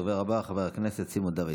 הדובר הבא, חבר הכנסת סימון דוידסון.